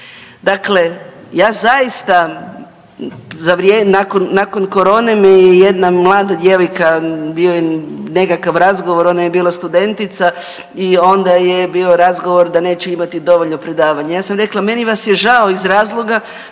Dakle ja zaista nakon korone me je jedna mlada djevojka bio ne nekakav razgovor ona je bila studentica i onda je bio razgovor da neće imati dovoljno predavanja. Ja sam rekla meni vas je žao iz razloga